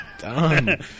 Done